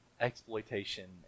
exploitation